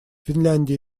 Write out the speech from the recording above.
финляндия